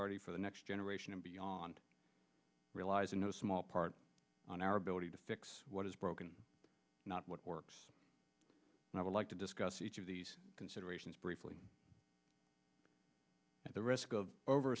ty for the next generation and beyond realizing no small part on our ability to fix what is broken not what works and i would like to discuss each of these considerations briefly at the risk of